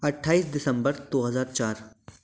अट्ठाइस दिसंबर दो हज़ार चार